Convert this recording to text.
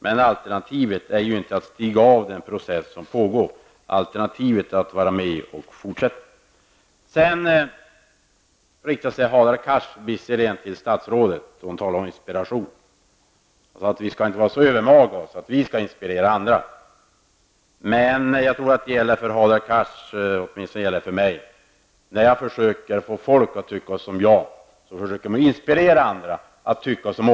Men alternativet är ju inte att stiga av från den process som pågår, alternativet är att vara med, och fortsätta. Hadar Cars riktade sig till statsrådet som talade om inspiration. Han sade att vi inte skall vara så övermaga att vi tror att vi kan inspirera andra. Men jag tror att det gäller samma sak för Hadar Cars som för mig. När jag vill få folk att tycka som jag, försöker jag inspirera folk att göra det.